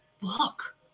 look